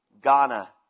Ghana